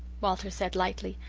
walter said lightly,